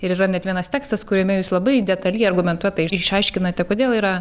ir yra net vienas tekstas kuriame jūs labai detaliai argumentuotai išaiškinate kodėl yra